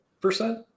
percent